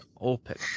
open